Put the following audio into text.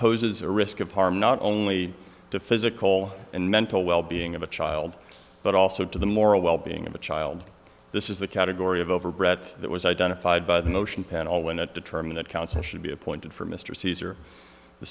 poses a risk of harm not only the physical and mental wellbeing of a child but also to the moral well being of a child this is the category of overbred that was identified by the notion panel when it determined that counsel should be appointed for mr caesar the